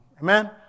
Amen